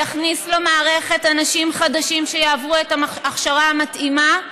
ויכניס למערכת אנשים חדשים שיעברו את ההכשרה המתאימה,